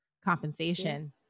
compensation